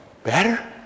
Better